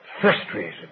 frustrated